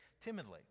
timidly